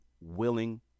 willing